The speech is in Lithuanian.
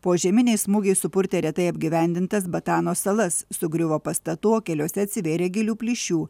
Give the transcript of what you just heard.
požeminiai smūgiai supurtė retai apgyvendintas batano salas sugriuvo pastatų o keliuose atsivėrė gilių plyšių